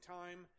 time